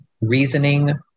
reasoning